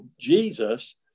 Jesus